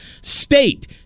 state